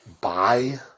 buy